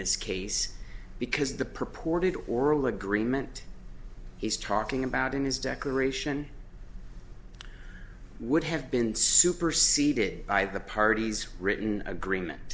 this case because the purported oral agreement he's talking about in his declaration would have been superceded by the parties written agreement